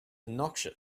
noxious